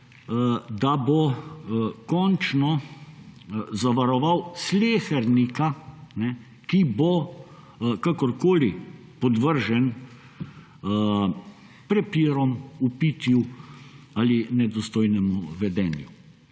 da bo končno zavaroval slehernika, ki bo kakorkoli podvržen prepirom, vpitju ali nedostojnemu vedenju?